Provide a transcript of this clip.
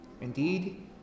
indeed